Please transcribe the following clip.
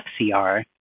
FCR